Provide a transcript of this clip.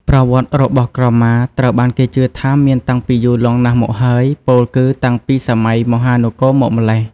ប្រវត្តិរបស់ក្រមាត្រូវបានគេជឿថាមានតាំងពីយូរលង់ណាស់មកហើយ ពោលគឺតាំងពីសម័យមហានគរមកម្ល៉េះ។